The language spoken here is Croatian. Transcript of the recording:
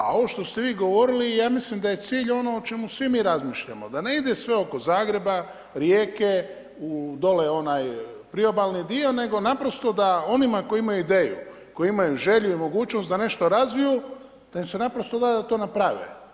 A ovo što ste vi govorili, ja mislim da je cilj ono o čemu svi mi razmišljamo, da ne ide sve oko Zagreba, Rijeke, dole onaj priobalni dio, nego naprosto da onima koji imaju ideju, koji imaju želju i mogućnost da nešto razviju, da im se naprosto da da to naprave.